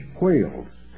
whales